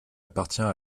appartient